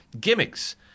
gimmicks